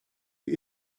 für